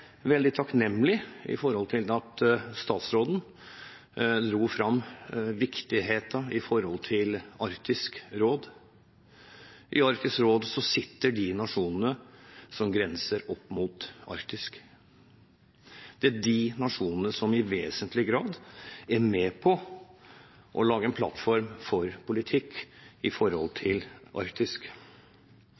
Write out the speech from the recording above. at statsråden trakk fram viktigheten av Arktisk råd. I Arktisk råd sitter medlemmer fra de nasjonene som grenser til Arktis. Det er de nasjonene som i vesentlig grad er med på å lage en plattform for en politikk